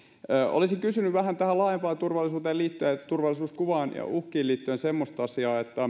olisin kysynyt vähän tähän laajempaan turvallisuuteen liittyen turvallisuuskuvaan ja uhkiin liittyen semmoista asiaa että